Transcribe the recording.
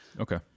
Okay